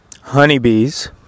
Honeybees